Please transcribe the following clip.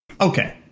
Okay